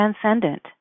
transcendent